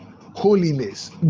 Holiness